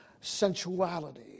sensuality